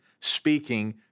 speaking